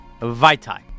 Vaitai